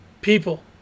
People